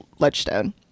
Ledgestone